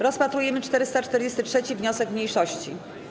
Rozpatrujemy 443. wniosek mniejszości.